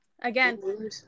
again